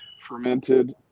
fermented